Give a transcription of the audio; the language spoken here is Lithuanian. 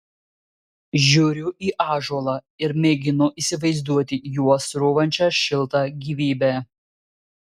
žiūriu į ąžuolą ir mėginu įsivaizduoti juo srūvančią šiltą gyvybę